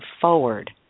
forward